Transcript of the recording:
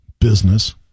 business